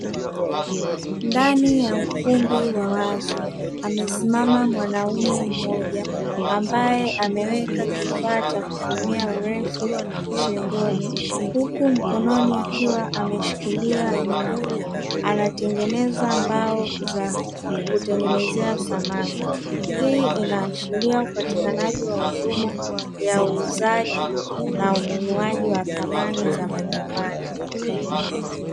Ndani ya ukumbi wa wazi amesimama mwanaume mmoja; ambaye ameweka kifaa cha kupimia urefu shingoni, huku mkononi akiwa ameshikilia nyundo. Anatengeneza mbao za kutengenezea samani. Hii inaashiria upatikanaji wa huduma ya uuzaji na ununuaji wa samani za majumbani.